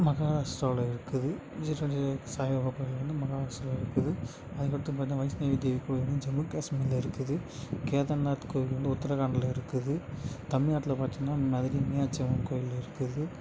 மகாராஷ்ட்ராவில் இருக்குது ஷீரீரடி சாய்பாபா கோவில் வந்து மகாராஷ்ட்ராவில் இருக்குது அதுக்கடுத்து பார்த்தினா வைஷ்ணவிதேவி கோவில் வந்து ஜம்மு காஷ்மீரில் இருக்குது கேதார்நாத் கோவில் வந்து உத்தரகாண்டில் இருக்குது தமிழ்நாட்ல பார்த்திங்கன்னா மதுரை மீனாட்சியம்மன் கோவில் இருக்குது